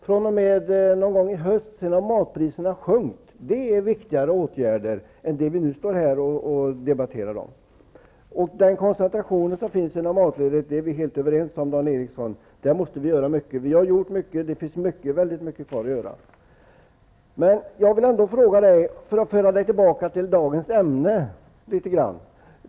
fr.o.m. någon gång i höstas har matpriserna sjunkit. Det är viktigare åtgärder än det vi nu debatterar. Koncentrationen inom matvaruledet är vi helt överens om att vi måste göra mycket åt. Vi har gjort mycket, men det finns väldigt mycket kvar att göra. Jag vill ändå ställa en fråga, för att litet grand föra Dan Eriksson tillbaka till dagens ämne.